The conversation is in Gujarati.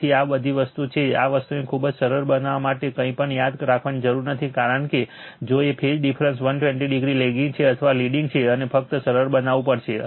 તેથી આ બધી વસ્તુ એ છે કે આ વસ્તુને ખૂબ જ સરળ બનાવવા માટે કંઈપણ યાદ રાખવાની જરૂર નથી કારણ કે જો એ ફેઝ ડિફરન્સ 120o લેગિંગ છે અથવા લીડિંગ છે અને ફક્ત સરળ બનાવવું પડશે